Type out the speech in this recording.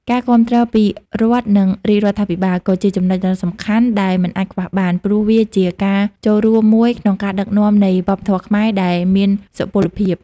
ការគាំទ្រពីរដ្ឋនិងរាជដ្ឋាភិបាល ក៏ជាចំនុចដ៏សំខាន់ដែលមិនអាចខ្វះបាន ព្រោះវាជាការរួបរួមមួយក្នុងការដឹកនាំនៃវប្បធម៌ខ្មែរដែលមានសុពលភាព។